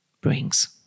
brings